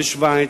בשווייץ,